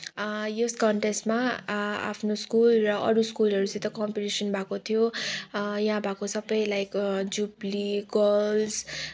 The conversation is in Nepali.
यस कन्टेस्टमा आफ्नो स्कुल र अरू स्कुलहरूसित कम्पिटिसन भएको थियो यहाँ भएको सबै लाइक जुबली गर्ल्स